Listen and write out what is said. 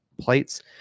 plates